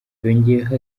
yongeyeho